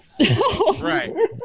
Right